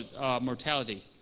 mortality